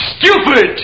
Stupid